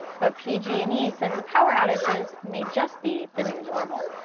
but pg and e says the power outages may just be the new normal.